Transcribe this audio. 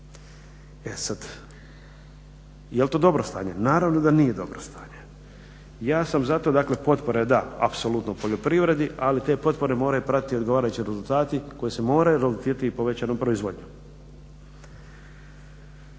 E sad, jel' to dobro stanje? Naravno da nije dobro stanje. Ja sam za to dakle, potpore da apsolutno poljoprivredi ali te potpore moraju pratiti i odgovarajući rezultati koji se moraju …/Govornik se ne razumije./… povećanom proizvodnjom.